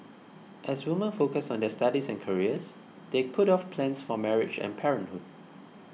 as women focused on their studies and careers they put off plans for marriage and parenthood